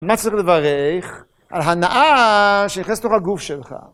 מה צריך לברך על הנאה שנכנסת לתוך הגוף שלך?